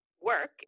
work